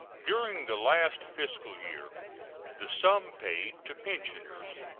during the last fiscal year the sum paid to pensioners,